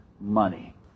money